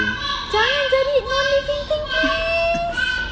jangan jadi non-living thing please